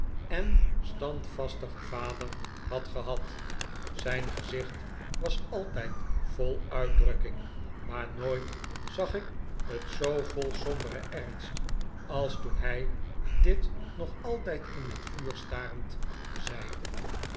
en standvastigen vader had gehad zijn gezicht was altijd vol uitdrukking maar nooit zag ik het zoo vol somberen ernst als toen hij dit nog altijd in het vuur starend zei